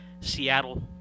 Seattle